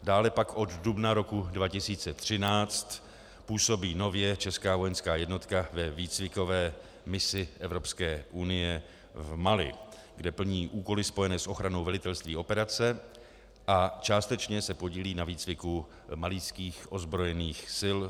Dále pak od dubna 2013 působí nově česká vojenská jednotka ve výcvikové misi Evropské unie v Mali, kde plní úkoly spojené s ochranou velitelství operace a částečně se podílí na výcviku malijských ozbrojených sil.